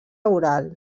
oral